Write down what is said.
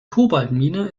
kobaltmine